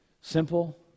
Simple